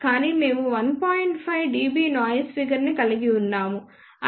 5 dB noise figure ని కలిగివున్నాము